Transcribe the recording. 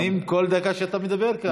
אנחנו נהנים מכל דקה שאתה מדבר כאן.